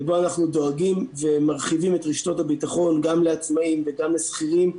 ובו אנחנו דואגים ומרחיבים את רשות הביטחון גם לעצמאים וגם לשכירים,